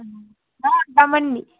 ఉంటాం అండి